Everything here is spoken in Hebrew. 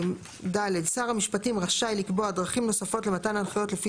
(ד) שר המשפטים רשאי לקבוע דרכים נוספות למתן הנחיות לפי